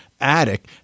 attic